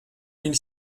mille